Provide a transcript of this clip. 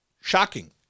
shocking